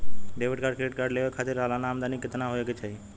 Debit और credit card लेवे के खातिर सलाना आमदनी कितना हो ये के चाही?